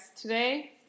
today